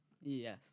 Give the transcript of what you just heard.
Yes